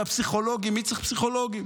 והפסיכולוגים,